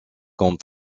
comme